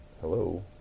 Hello